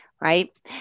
Right